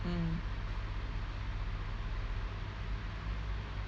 mm